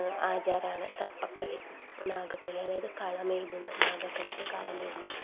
ആചാരമാണ് സർപ്പക്കളി നാഗക്കളി അതായത് കളമെഴുതുന്ന നാഗക്കളിക്ക് കളമെഴുതുന്ന